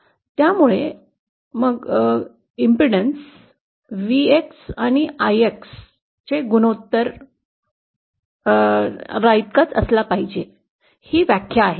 त्यामुळे मग अडथळा Vx lx च्या गुणोत्तराइतकाच असला पाहिजे हे व्याख्या आहे